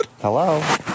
Hello